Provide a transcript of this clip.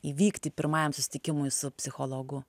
įvykti pirmajam susitikimui su psichologu